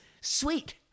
Sweet